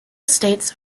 states